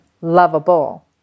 lovable